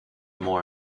more